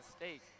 mistake